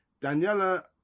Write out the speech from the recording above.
Daniela